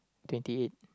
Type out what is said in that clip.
twenty eight